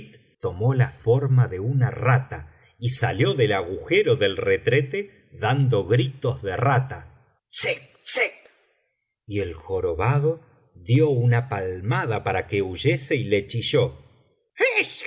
tomó la forma de una rata y salió del agujero del retrete dando gritos de rata sik sik y el jorobado dio una palmada para que huyese y le